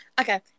Okay